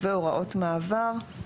הוראות מעבר7.